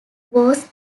was